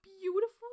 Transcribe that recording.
beautiful